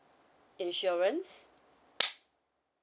insurance